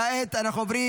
כעת אנחנו עוברים